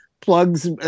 plugs